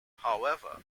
however